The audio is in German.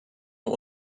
nur